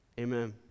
Amen